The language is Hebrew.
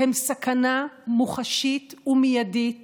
הם סכנה מוחשית ומיידית